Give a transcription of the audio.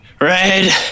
Red